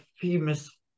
famous